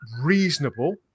reasonable